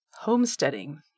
Homesteading